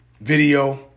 video